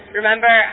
remember